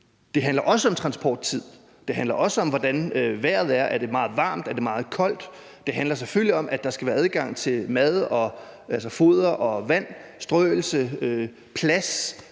Det handler også om transporttid. Det handler også om, hvordan vejret er. Er det meget varmt? Er det meget koldt? Det handler selvfølgelig om, at der skal være adgang til foder, vand og strøelse og plads